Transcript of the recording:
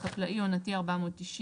מנחת חקלאי עונתי - 490.